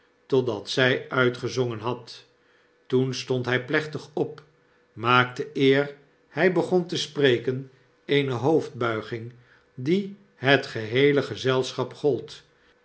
totdat zy uitgezongen had toenstondhy plechtigop maakte eer hy begon te spreken eene hoofdbuiging die het geheele gezelschap gold